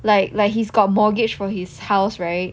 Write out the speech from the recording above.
like like he's got mortgage for his house right